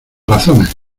razones